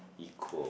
equal